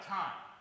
time